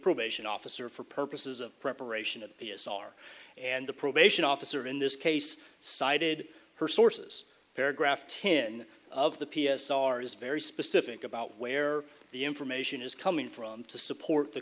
probation officer for purposes of preparation of the p s r and the probation officer in this case cited her sources paragraph ten of the p s r is very specific about where the information is coming from to support the